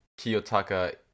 Kiyotaka